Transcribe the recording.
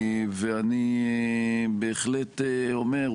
אני בהחלט אומר,